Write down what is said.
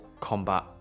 combat